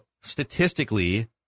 statistically